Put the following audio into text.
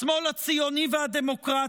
השמאל הציוני והדמוקרטי,